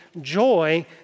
joy